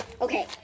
okay